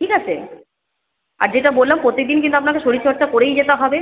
ঠিক আছে আর যেটা বললাম প্রতিদিন কিন্তু আপনাকে শরীরচর্চা করেই যেতে হবে